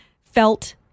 felt